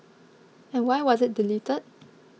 and why was it deleted